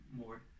more